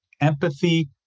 empathy